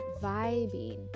vibing